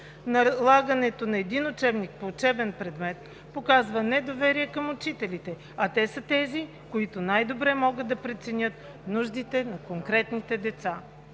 Налагането на един учебник по учебен предмет показва недоверие към учителите, а те са тези, които най-добре могат да преценят нуждите на конкретните деца.